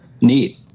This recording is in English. Neat